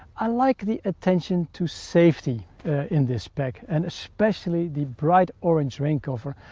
i like the attention to safety in this bag, and especially the bright orange rain cover.